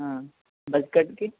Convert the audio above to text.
బడ్కట్కి